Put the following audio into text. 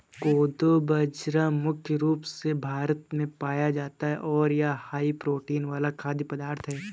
कोदो बाजरा मुख्य रूप से भारत में पाया जाता है और यह हाई प्रोटीन वाला खाद्य पदार्थ है